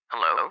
Hello